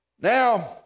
Now